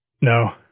No